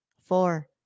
four